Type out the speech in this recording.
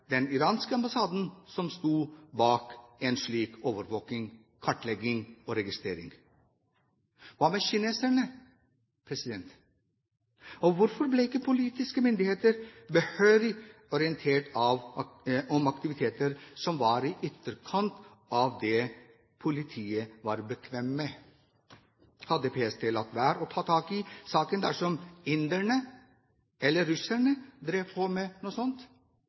slik overvåking, kartlegging og registrering? Hva med kineserne? Hvorfor ble ikke politiske myndigheter behørig orientert om aktiviteter som var i ytterkant av det politiet var bekvem med? Hadde PST latt være å ta tak i saken dersom inderne eller russerne drev på med noe sånt?